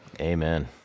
Amen